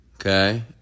Okay